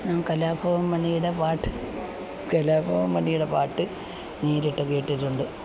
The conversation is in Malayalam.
ഞാന് കലാഭവന് മണിയുടെ പാട്ട് കലാഭവന് മണിയുടെ പാട്ട് നേരിട്ട് കേട്ടിട്ടുണ്ട്